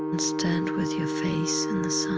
stand with your face in the sun.